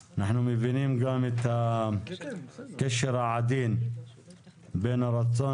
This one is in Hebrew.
אנחנו מבינים את הקשר העדין בין הרצון